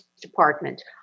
Department